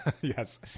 Yes